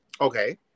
Okay